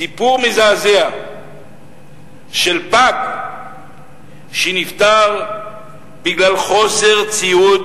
סיפור מזעזע על פג שנפטר בגלל חוסר ציוד